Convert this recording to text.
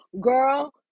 girl